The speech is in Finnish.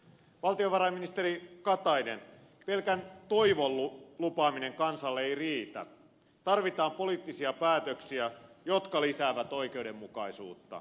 valtiovarainministeri katainen pelkän toivon lupaaminen kansalle ei riitä tarvitaan poliittisia päätöksiä jotka lisäävät oikeudenmukaisuutta